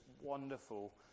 wonderful